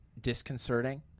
disconcerting